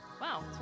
Wow